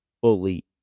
fully